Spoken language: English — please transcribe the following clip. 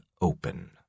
open